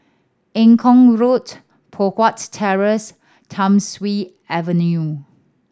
Eng Kong Road Poh Huat Terrace Thiam Siew Avenue